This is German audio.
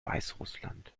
weißrussland